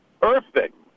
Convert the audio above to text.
perfect